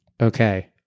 Okay